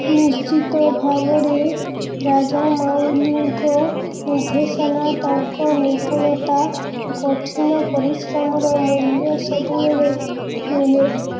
ନିଶ୍ଚିତ ଭାବରେ ରାଜା ମଉଳିଙ୍କ ନିର୍ଦ୍ଦେଶନା ତାଙ୍କ ନିପୁଣତା କଠିନ ପରିଶ୍ରମର ମୂଲ୍ୟ ସବୁବେଳେ ମିଳେ